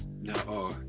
no